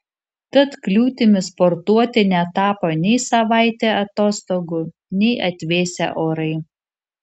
tad kliūtimi sportuoti netapo nei savaitė atostogų nei atvėsę orai